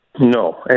No